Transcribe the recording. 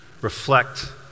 reflect